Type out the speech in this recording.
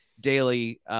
Daily